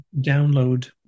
download